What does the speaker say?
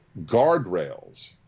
guardrails